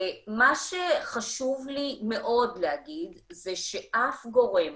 מה שחשוב לי מאוד להגיד זה שאף גורם,